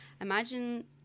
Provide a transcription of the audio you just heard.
imagine